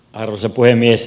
arvoisa puhemies